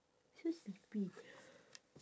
so sleepy